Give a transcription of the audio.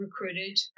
recruited